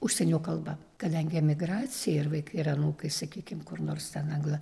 užsienio kalba kadangi emigracija ir vaikai ir anūkai sakykim kur nors ten angla